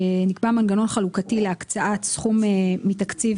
נקבע מנגנון חלוקתי להקצאת סכום מתקציב